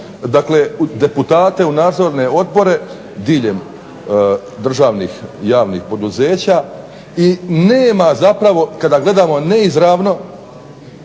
dakle deputate u nadzorne odbore diljem državnih javnih poduzeća i nema zapravo kada gledamo neizravno